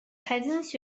财经